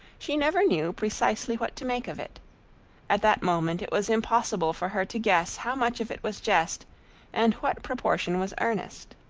she never knew precisely what to make of it at that moment it was impossible for her to guess how much of it was jest and what proportion was earnest.